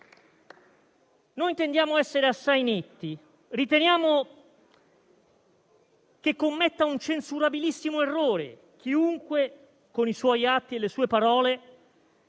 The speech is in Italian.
intendiamo essere assai netti: riteniamo che commetta un censurabilissimo errore chiunque, con i suoi atti e le sue parole,